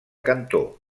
cantor